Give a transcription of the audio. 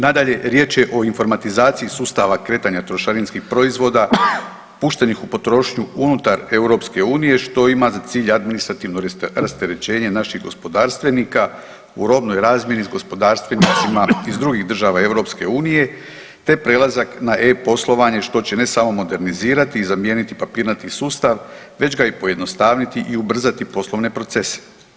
Nadalje riječ je o informatizaciji sustava kretanja trošarinskih proizvoda puštenih u potrošnju unutar EU-a što ima za cilj administrativno rasterećenje napih gospodarstvenika u robnoj razmjeni s gospodarstvenicima iz drugih država EU-a te prelazak na e-poslovanje što će ne samo modernizirati i zamijeniti papirnati sustav, već ga i pojednostavniti i ubrzati poslovne procese.